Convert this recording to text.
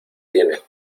tiene